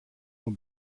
nur